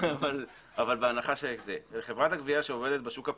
אבל בהנחה שחברת הגבייה שעובדת בשוק הפרטי,